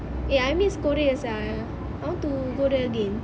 eh I miss korea sia I want to go there again